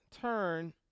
turn